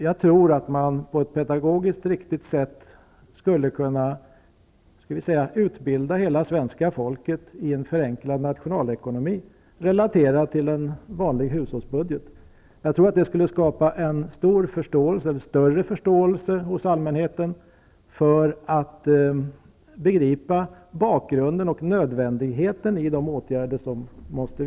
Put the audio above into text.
Jag tror att man på ett pedagogiskt riktigt sätt skulle kunna utbilda hela svenska folket i en förenklad nationalekonomi, relaterad till en vanlig hushållsbudget. Jag tror att det skulle skapa en större förståelse hos allmänheten för bakgrunden till och nödvändigheten av åtgärder som vidtas.